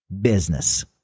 business